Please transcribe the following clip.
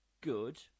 good